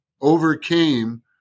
overcame